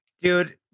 Dude